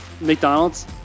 McDonald's